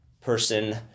person